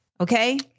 Okay